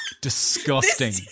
Disgusting